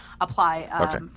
apply